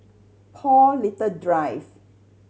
Paul Little Drive